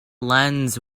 lens